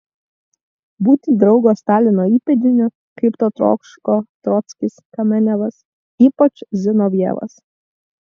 būti draugo stalino įpėdiniu kaip to troško trockis kamenevas ypač zinovjevas